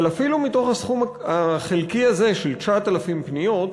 אבל אפילו מהסכום החלקי הזה, של 9,000 פניות,